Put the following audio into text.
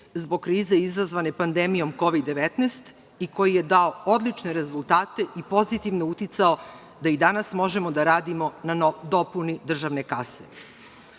zbog krize izazvane pandemijom Kovid-19 i koji je dao odlične rezultate i pozitivno uticao da i danas možemo da radimo na dopuni državne